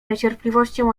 niecierpliwością